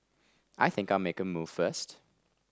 I think I'll make a move first